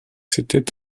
c’était